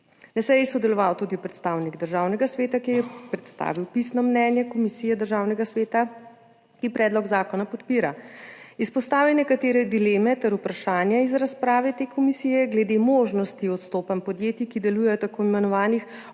Na seji je sodeloval tudi predstavnik Državnega sveta, ki je predstavil pisno mnenje Komisije Državnega sveta, ki predlog zakona podpira. Izpostavil je nekatere dileme ter vprašanja iz razprave te komisije glede možnosti odstopanj podjetij, ki delujejo v tako imenovanih